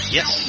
Yes